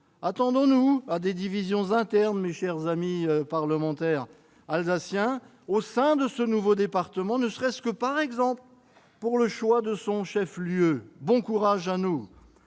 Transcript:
attendons-nous à des divisions internes, mes chers collègues parlementaires alsaciens, au sein de ce nouveau département, ne serait-ce que pour le choix de son chef-lieu. Je nous